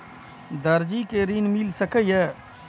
दर्जी कै ऋण मिल सके ये?